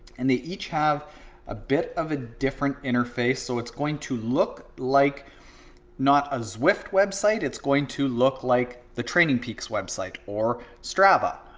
and they each have a bit of a different interface, so it's going to look like not a zwift website. it's going to look like the training peaks website, or strava,